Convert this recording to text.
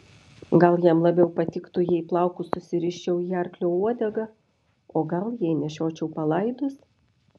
gal jam labiau patiktų jei plaukus susiriščiau į arklio uodegą o gal jei nešiočiau palaidus